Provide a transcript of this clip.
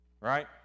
right